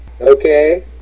Okay